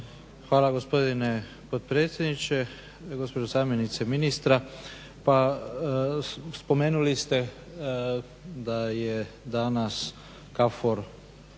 Hvala gospodine potpredsjedniče. Gospođo zamjenice ministra pa spomenuli ste da je danas KFOR